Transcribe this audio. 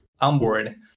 onboard